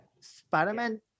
Spider-Man